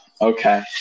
Okay